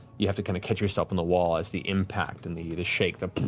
you have to kind of catch yourself on the wall as the impact and the the shake, the